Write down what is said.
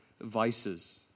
vices